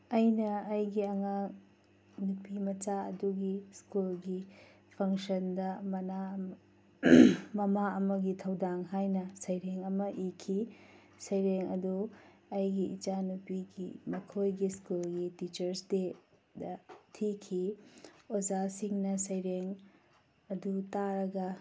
ꯑꯩꯅ ꯑꯩꯒꯤ ꯑꯉꯥꯡ ꯅꯨꯄꯤꯃꯆꯥ ꯑꯗꯨꯒꯤ ꯁ꯭ꯀꯨꯜꯒꯤ ꯐꯪꯁꯟꯗ ꯃꯃꯥ ꯑꯃꯒꯤ ꯊꯧꯗꯥꯡ ꯍꯥꯏꯅ ꯁꯧꯔꯦꯡ ꯑꯃ ꯏꯈꯤ ꯁꯧꯔꯦꯡ ꯑꯗꯨ ꯑꯩꯒꯤ ꯏꯆꯥꯅꯨꯄꯤꯒꯤ ꯃꯈꯣꯏꯒꯤ ꯁ꯭ꯀꯨꯜꯒꯤ ꯇꯤꯆ꯭ꯔꯁ ꯗꯦꯗ ꯊꯤꯈꯤ ꯑꯣꯖꯥꯁꯤꯡꯅ ꯁꯧꯔꯦꯡ ꯑꯗꯨ ꯇꯥꯔꯒ